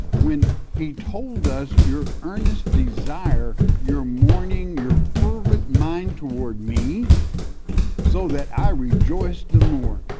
when he told us your earnest desire, your mourning, your fervent mind toward me so that i rejoiced the more.